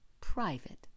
private